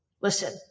Listen